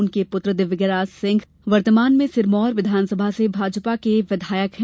उनके पुत्र दिव्यराज सिंह वर्तमान में सिरमौर विघानसभा से भाजपा के विघायक हैं